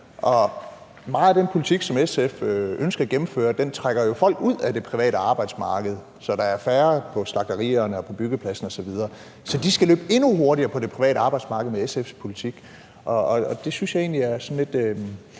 Meget af den politik, som SF ønsker at gennemføre, trækker jo folk ud af det private arbejdsmarked, så der er færre på slagterierne og på byggepladsen osv. Så de skal løbe endnu hurtigere på det private arbejdsmarked med SF's politik, og det synes jeg egentlig er sådan lidt